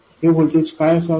हे व्होल्टेज काय असावे